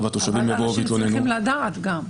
אבל התושבים צריכים לדעת מזה.